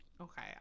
okay